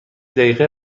دقیقه